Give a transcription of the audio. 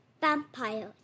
vampires